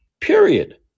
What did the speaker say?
period